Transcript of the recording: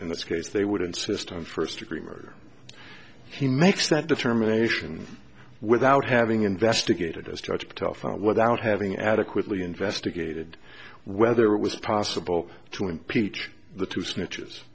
in this case they would insist on first degree murder he makes that determination without having investigated as charged often without having adequately investigated whether it was possible to impeach the two snitch